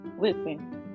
listen